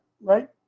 Right